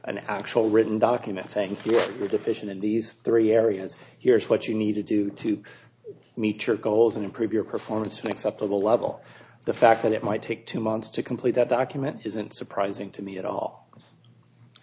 an actual written document saying we're deficient in these three areas here's what you need to do to meet your goals and improve your performance mix up a level the fact that it might take two months to complete that document isn't surprising to me at all i